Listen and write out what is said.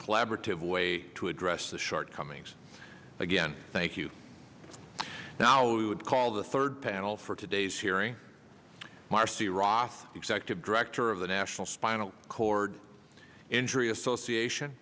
collaborative way to address the shortcomings again thank you now we would call the third panel for today's hearing marcy roth executive director of the national spinal cord injury association